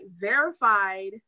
verified